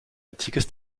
antikes